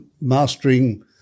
mastering